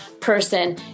person